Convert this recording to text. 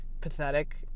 pathetic